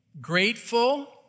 Grateful